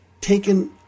taken